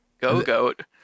Go-Goat